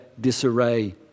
disarray